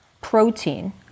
protein